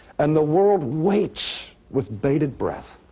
and the world waits with bated breath